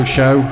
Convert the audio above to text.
Show